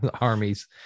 armies